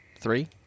three